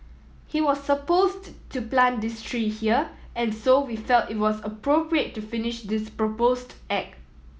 he was supposed to plant this tree here and so we felt it was appropriate to finish this proposed act